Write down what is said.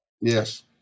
yes